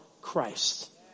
Christ